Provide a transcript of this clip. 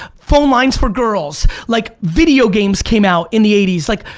phone lines for girls, like video games came out in the eighty s. like